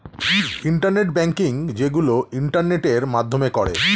internet banking যেইগুলো ইন্টারনেটের মাধ্যমে করে